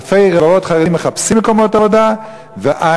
אלפי רבבות חרדים מחפשים מקומות עבודה ואין,